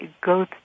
go